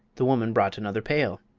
the woman brought another pail.